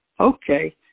Okay